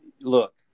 Look